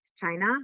China